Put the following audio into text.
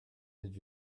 did